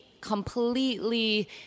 completely